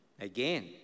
again